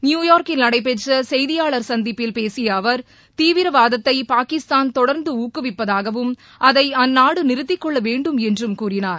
நியுயார்க்கில் நடைபெற்ற செய்தியாளர் சந்திப்பில் பேசிய அவர் தீவிரவாதத்தை பாகிஸ்தான் தொடரந்து ஊக்குவிப்பதாகவும் அதை அந்நாடு நிறுத்திக்கொள்ளவேண்டும் என்றும் கூறினார்